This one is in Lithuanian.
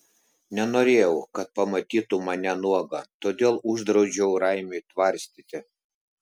nenorėjau kad pamatytų mane nuogą todėl uždraudžiau raimiui tvarstyti